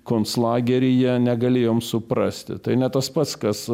konclageryje negalėjom suprasti tai ne tas pats kas